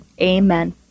Amen